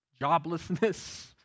joblessness